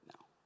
now